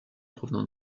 provenant